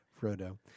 Frodo